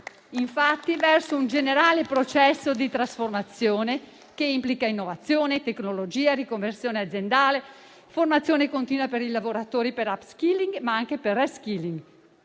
infatti verso un generale processo di trasformazione che implica innovazione, tecnologia, riconversione aziendale, formazione continua per i lavoratori per *upskilling* ma anche per *reskilling*.